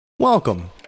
Welcome